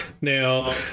Now